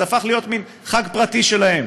זה הפך להיות מין חג פרטי שלהם,